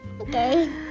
Okay